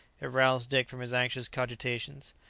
it roused dick from his anxious cogitations.